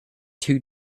two